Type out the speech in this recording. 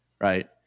right